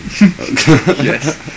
Yes